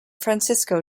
francisco